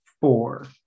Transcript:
Four